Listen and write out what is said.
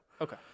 Okay